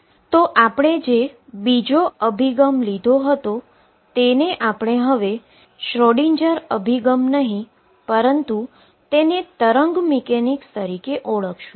હવે જે બીજો અભિગમ જે આપણે લીધો તેને આપણે શ્રોડિંજર અભિગમ નહી પરંતુ આપણે તેને વેવ મિકેનિક્સ તરીકે ઓળખીશુ